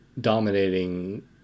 dominating